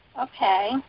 okay